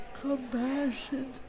compassion